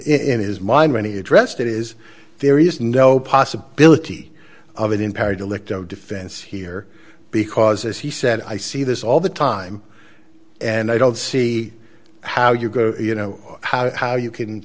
in his mind many addressed that is there is no possibility of an impaired alecto defense here because as he said i see this all the time and i don't see how you go you know how how you can